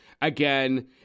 Again